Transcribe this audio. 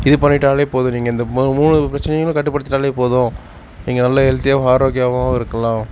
இது பண்ணிட்டாலே போதும் நீங்கள் இந்த மூணு பிரச்சனைகளையுமே கட்டுப்படுத்திட்டாலே போதும் நீங்கள் நல்ல ஹெல்த்தியாகவும் ஆரோக்கியமாகவும் இருக்கலாம்